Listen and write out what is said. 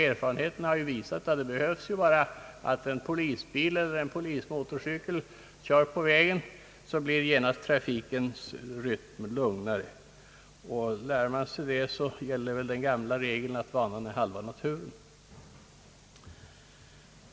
Erfarenheten har visat att det bara behövs att en polisbil eller polismotorcykel kör på vägen så blir genast trafikens rytm lugnare. Lär man sig det gäller väl regeln, att vanan är halva naturen.